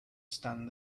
stand